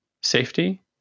safety